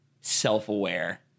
self-aware